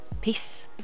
peace